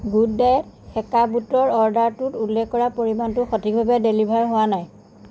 good diet সেকা বুটৰ অৰ্ডাৰটোত উল্লেখ কৰা পৰিমাণটো সঠিকভাৱে ডেলিভাৰ হোৱা নাই